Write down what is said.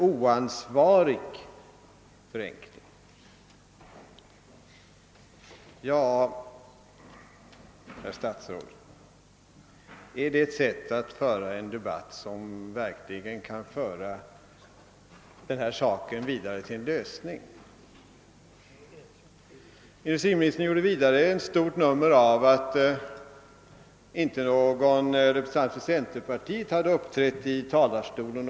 oansvarig förenkling. Men, herr statsråd, är det ett sätt att föra en debatt som verkligen kan leda denna sak närmare en lösning? Industriministern gjorde vidare ett stort nummer av att ingen representant för centerpartiet uppträtt i talarstolen.